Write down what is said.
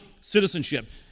citizenship